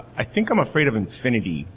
i think i'm afraid of infinity,